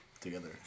together